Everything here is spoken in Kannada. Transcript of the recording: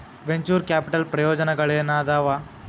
ವೆಂಚೂರ್ ಕ್ಯಾಪಿಟಲ್ ಪ್ರಯೋಜನಗಳೇನಾದವ